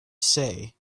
say